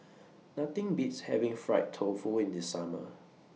Nothing Beats having Fried Tofu in The Summer